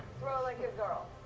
throw like a girl.